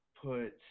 put